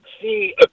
See